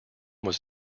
was